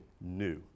new